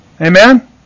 Amen